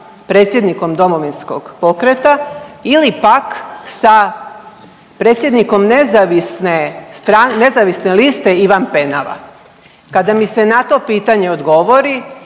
predsjednikom Domovinskog pokreta ili pak sa predsjednikom nezavisne liste Ivan Penava. Kada mi se na to pitanje odgovori,